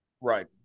Right